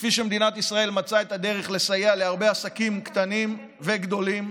וכפי שמדינת ישראל מצאה את הדרך לסייע להרבה עסקים קטנים וגדולים,